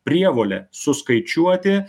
prievolė suskaičiuoti